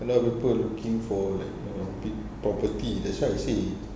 a lot of people looking for like err big property that's why I say